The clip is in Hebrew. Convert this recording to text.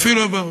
אפילו עבר אותו.